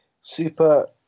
super